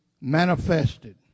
manifested